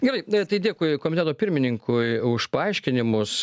gerai tai dėkui komiteto pirmininkui už paaiškinimus